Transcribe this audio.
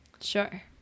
Sure